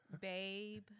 Babe